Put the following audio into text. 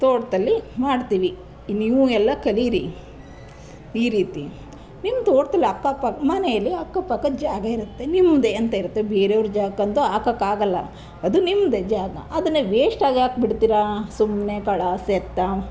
ತೋಟದಲ್ಲಿ ಮಾಡ್ತೀವಿ ನೀವು ಎಲ್ಲ ಕಲೀರಿ ಈ ರೀತಿ ನಿಮ್ಮ ತೋಟದಲ್ಲಿ ಅಕ್ಕಪಕ್ಕ ಮನೆಯಲ್ಲಿ ಅಕ್ಕಪಕ್ಕ ಜಾಗ ಇರುತ್ತೆ ನಿಮ್ಮದೆ ಅಂತ ಇರುತ್ತೆ ಬೇರೆಯವ್ರ ಜಾಗಕ್ಕಂತೂ ಹಾಕೋಕೆ ಆಗೋಲ್ಲ ಅದು ನಿಮ್ಮದೇ ಜಾಗ ಅದನ್ನು ವೇಸ್ಟ್ ಆಗೋಕೆ ಬಿಡ್ತೀರಾ ಸುಮ್ಮನೆ